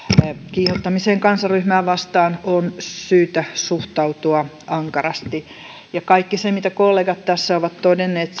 kiihottamiseen kansanryhmää vastaan on syytä suhtautua ankarasti kaiken sen kanssa mitä kollegat tässä ovat todenneet